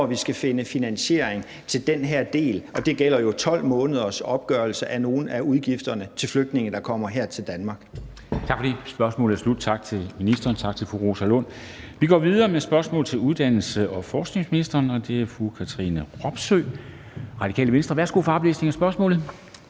vi skal finde finansiering til den her del, og det gælder jo 12 måneders opgørelse af nogle af udgifterne til flygtninge, der kommer her til Danmark. Kl. 13:34 Formanden (Henrik Dam Kristensen): Tak for det. Spørgsmålet er sluttet. Tak til ministeren, og tak til fru Rosa Lund. Vi går videre med spørgsmål til uddannelses- og forskningsministeren, og det er stillet af fru Katrine Robsøe, Radikale Venstre. Kl. 13:34 Spm.